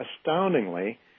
astoundingly